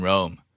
Rome